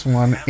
one